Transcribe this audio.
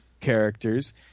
characters